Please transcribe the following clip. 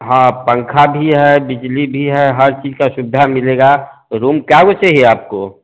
हाँ पंखा भी है बिजली भी है हर चीज़ की सुविधा मिलेगी रूम चाहिए आपको